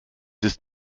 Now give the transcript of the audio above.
ist